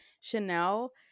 Chanel